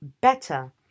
better